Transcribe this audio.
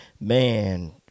Man